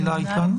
הילה כאן?